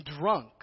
drunk